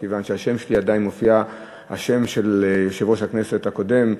מכיוון שעדיין מופיע השם של היושב-ראש הקודם,